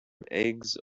eggs